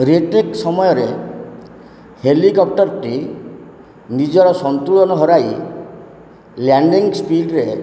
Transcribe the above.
retake ସମୟରେ ହେଲିକପ୍ଟର୍ଟି ନିଜର ସନ୍ତୁଳନ ହରାଇ ଲ୍ୟାଣ୍ଡିଂ ସ୍ପୀଡ଼୍ରେ